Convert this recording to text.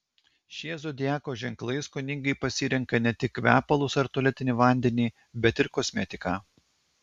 šie zodiako ženklai skoningai pasirenka ne tik kvepalus ar tualetinį vandenį bet ir kosmetiką